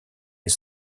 les